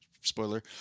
Spoiler